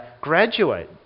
graduate